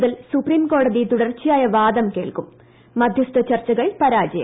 മുതൽ സുപ്രീംകോടതി തുടർച്ചയായ വാദം കേൾക്കും മധ്യസ്ഥ ചർച്ചകൾ പരാജയം